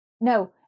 No